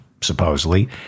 supposedly